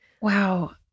Wow